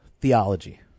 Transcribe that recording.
theology